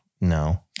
No